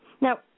Now